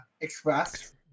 Express